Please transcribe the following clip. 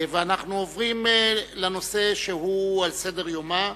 אנחנו עוברים לנושא שהוא על סדר-יומה